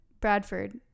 Bradford